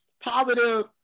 positive